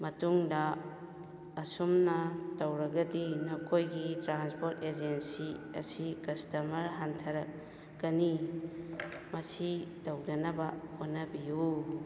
ꯃꯇꯨꯡꯗ ꯑꯁꯨꯝꯅ ꯇꯧꯔꯒꯗꯤ ꯅꯈꯣꯏꯒꯤ ꯇ꯭ꯔꯥꯟꯁꯄꯣꯔꯠ ꯑꯦꯖꯦꯟꯁꯤ ꯑꯁꯤ ꯀꯁꯇꯃꯔ ꯍꯟꯊꯔꯛꯀꯅꯤ ꯃꯁꯤ ꯇꯧꯗꯅꯕ ꯍꯣꯠꯅꯕꯤꯌꯨ